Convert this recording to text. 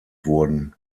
wurden